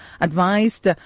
Advised